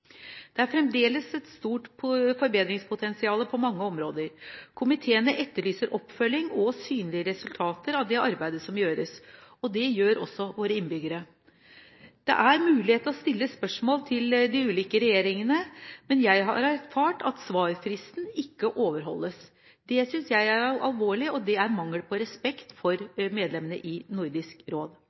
Det er fremdeles et stort forbedringspotensial på mange områder. Komiteene etterlyser oppfølging og synlige resultater av det arbeidet som gjøres, og det gjør også våre innbyggere. Det er mulig å stille spørsmål til de ulike regjeringene, men jeg har erfart at svarfristen ikke overholdes. Det synes jeg er alvorlig, og det er mangel på respekt for medlemmene i Nordisk råd.